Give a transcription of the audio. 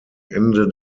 ende